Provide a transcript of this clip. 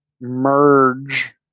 merge